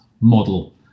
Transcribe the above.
model